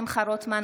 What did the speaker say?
שמחה רוטמן,